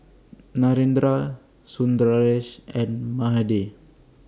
Narendra Sundaresh and Mahade